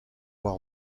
war